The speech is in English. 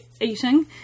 eating